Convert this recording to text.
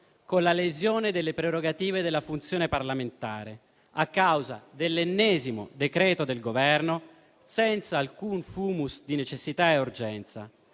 con la lesione delle prerogative della funzione parlamentare a causa dell'ennesimo decreto del Governo senza alcun *fumus* di necessità e urgenza;